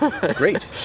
Great